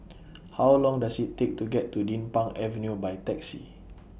How Long Does IT Take to get to Din Pang Avenue By Taxi